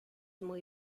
muy